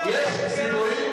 כרשות.